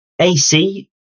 AC